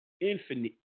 infinite